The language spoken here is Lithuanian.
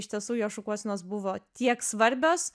iš tiesų jo šukuosenos buvo tiek svarbios